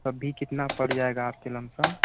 तब भी कितना पड़ जाएगा आपके लम सम